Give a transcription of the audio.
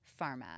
pharma